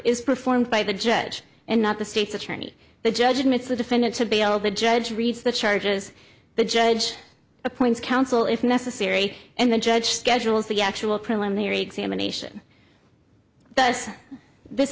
is performed by the judge and not the state's attorney the judge admits the defendant to be able the judge reads the charges the judge appoints counsel if necessary and the judge schedules the actual preliminary examination th